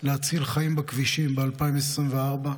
להציל חיים בכבישים ב-2024.